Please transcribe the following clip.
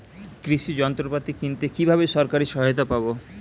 কৃষি যন্ত্রপাতি কিনতে কিভাবে সরকারী সহায়তা পাব?